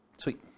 Sweet